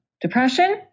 depression